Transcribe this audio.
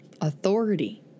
authority